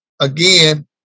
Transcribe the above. Again